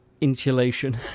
insulation